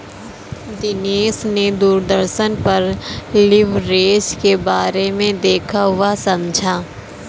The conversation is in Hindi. दिनेश ने दूरदर्शन पर लिवरेज के बारे में देखा वह समझा